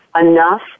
enough